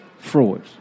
Fraud